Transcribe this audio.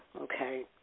okay